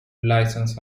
license